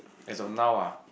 as of now ah